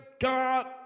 God